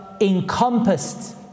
encompassed